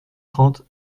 trente